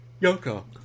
Yoko